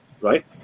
right